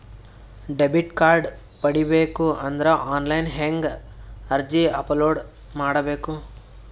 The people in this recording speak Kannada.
ಡೆಬಿಟ್ ಕಾರ್ಡ್ ಪಡಿಬೇಕು ಅಂದ್ರ ಆನ್ಲೈನ್ ಹೆಂಗ್ ಅರ್ಜಿ ಅಪಲೊಡ ಮಾಡಬೇಕು?